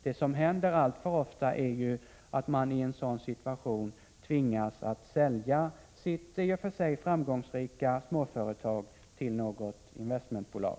Det som händer alltför ofta är ju att man i en sådan situation tvingas att sälja sitt i och för sig framgångsrika småföretag till något investmentbolag.